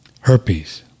herpes